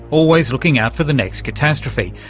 always looking out for the next catastrophe?